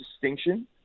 distinction